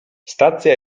stacja